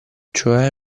cioè